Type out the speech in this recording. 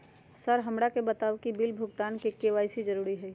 Sir हमरा के बताओ कि बिल भुगतान में के.वाई.सी जरूरी हाई?